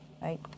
right